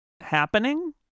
happening